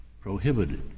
prohibited